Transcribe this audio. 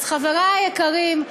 אז, חברי היקרים,